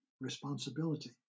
responsibility